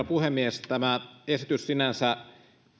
puhemies tämä esitys sinänsä